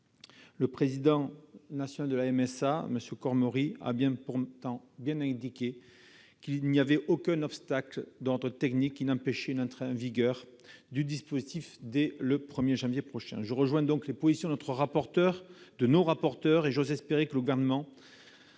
le président national de la MSA, M. Cormery, a bien indiqué qu'il n'y avait aucun obstacle de ce type qui empêchait une entrée en vigueur du dispositif dès le 1 janvier prochain. Je rejoins donc les positions de nos rapporteurs, et j'ose espérer que le Gouvernement